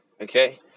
Okay